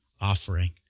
offering